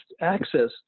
access